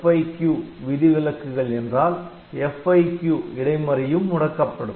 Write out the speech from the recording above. FIQ விதிவிலக்குகள் என்றால் FIQ இடைமறியும் முடக்கப்படும்